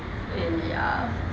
ya